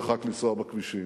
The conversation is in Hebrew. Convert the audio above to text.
צריך רק לנסוע בכבישים,